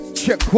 check